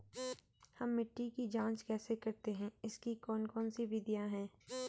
हम मिट्टी की जांच कैसे करते हैं इसकी कौन कौन सी विधियाँ है?